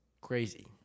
crazy